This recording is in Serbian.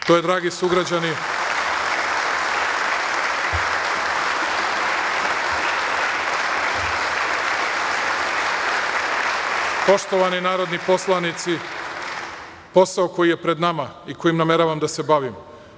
To je, dragi sugrađani, poštovani narodni poslanici, posao koji je pred nama i kojim nameravam da se bavim.